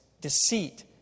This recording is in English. deceit